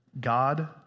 God